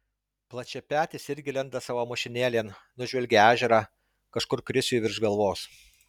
plačiapetis irgi lenda savo mašinėlėn nužvelgia ežerą kažkur krisiui virš galvos